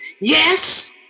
yes